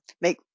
make